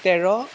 তেৰ